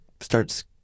starts